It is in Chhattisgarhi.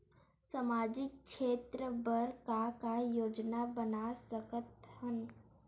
सामाजिक क्षेत्र बर का का योजना बना सकत हन?